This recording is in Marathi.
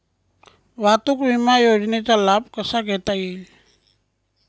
वाहतूक विमा योजनेचा लाभ कसा घेता येईल?